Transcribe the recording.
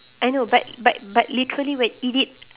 I know but but but literally when eat it